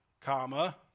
Comma